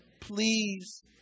Please